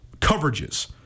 coverages